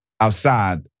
outside